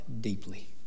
deeply